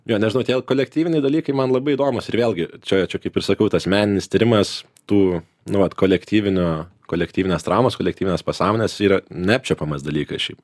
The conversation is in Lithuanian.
jo nežinau tie kolektyviniai dalykai man labai įdomūs ir vėlgi čia čia kaip ir sakau tas meninis tyrimas tų nu vat kolektyvinio kolektyvinės traumos kolektyvinės pasąmonės yra neapčiuopiamas dalykas šiaip